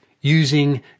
using